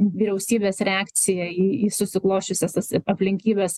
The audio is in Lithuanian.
vyriausybės reakcija į į susiklosčiusias tas aplinkybes